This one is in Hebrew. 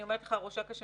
אני אומרת לך ראש אכ"א,